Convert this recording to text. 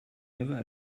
never